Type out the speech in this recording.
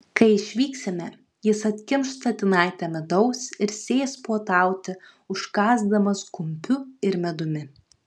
kai išvyksime jis atkimš statinaitę midaus ir sės puotauti užkąsdamas kumpiu ir medumi